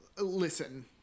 listen